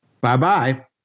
bye-bye